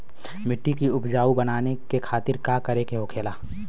मिट्टी की उपजाऊ बनाने के खातिर का करके होखेला?